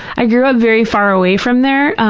i grew up very far away from there,